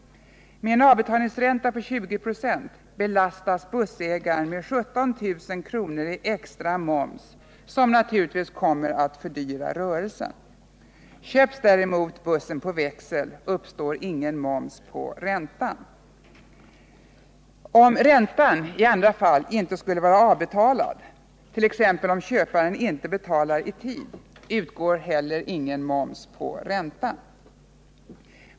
Med en avbetalningsränta på 20 96 belastas bussägaren med 17 000 kr. i extra moms, som naturligtvis kommer att fördyra rörelsen. Köps däremot bussen på växel uppstår ingen moms på räntan. Om räntan i andra fall inte skulle vara avtalad, t.ex. om köparen inte betalar i tid, utgår heller ingen moms på räntan.